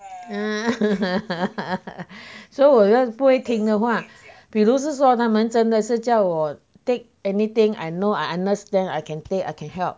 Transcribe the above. so 我如果不会听的话比如是说他们真的是叫我 take anything I know I understand I can take I can help